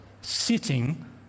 sitting